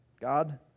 God